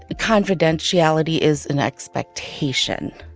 ah confidentiality is an expectation,